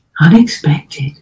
Unexpected